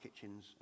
kitchens